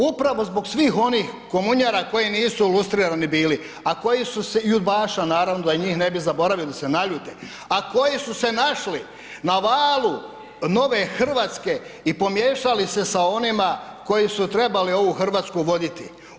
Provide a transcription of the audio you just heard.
Upravo zbog svih onih komunjara koji nisu lustrirani bili, a koji su se, i udbaša naravno da i njih ne bi zaboravili se naljute, a koji su se našli na valu nove Hrvatske i pomiješali sa onima koji su trebali ovu Hrvatsku voditi.